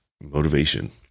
motivation